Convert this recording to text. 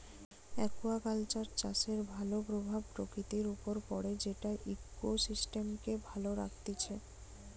aquaculture চাষের ভাল প্রভাব প্রকৃতির উপর পড়ে যেটা ইকোসিস্টেমকে ভালো রাখতিছে